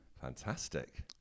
Fantastic